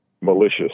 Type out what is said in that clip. malicious